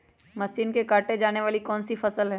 Machine से काटे जाने वाली कौन सी फसल है?